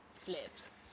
flips